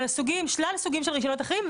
אלא שלל סוגים של רישיונות אחרים,